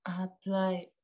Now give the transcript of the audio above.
apply